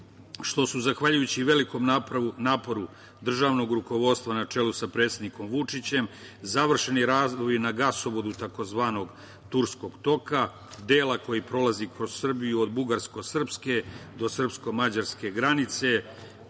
što su zahvaljujući velikom naporu državnog rukovodstva na čelu sa predsednikom Vučićem završeni radovi na gasovodu tzv. Turskog toka dela koji prolazi kroz Srbiju od bugarsko-srpske do srpsko-mađarske granice,